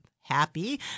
happy